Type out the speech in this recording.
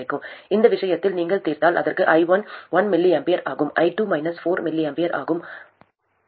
இந்த விஷயத்தில் நீங்கள் தீர்த்தால் அதற்கு i1 1 mA ஆகவும் i2 4 mA ஆகவும் இருக்கும்